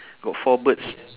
got four birds